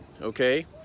okay